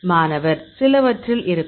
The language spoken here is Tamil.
மாணவர் சிலவற்றில் இருக்கும்